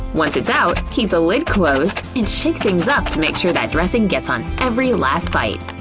once it's out, keep the lid closed and shake things up to make sure that dressing gets on every last bite.